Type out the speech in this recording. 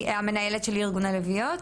המנהלת של ארגון הלביאות.